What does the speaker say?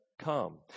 come